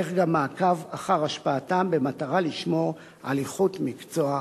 ייערך גם מעקב אחר השפעתם במטרה לשמור על איכות מקצוע עריכת-הדין.